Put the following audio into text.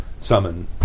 Summon